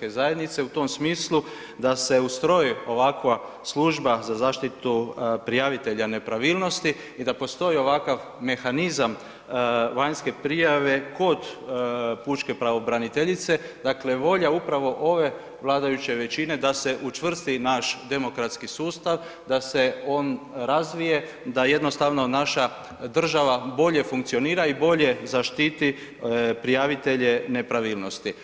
HDZ-a u tom smislu da se ustroji ovakva služba za zaštitu prijavitelja nepravilnosti i da postoji ovakav mehanizam vanjske prijave kod pučke pravobraniteljice, dakle volja upravo ove vladajuće većine da se učvrsti naš demokratski sustav, da se on razvije, da jednostavno naša država bolje funkcionira i bolje zaštiti prijavitelje nepravilnosti.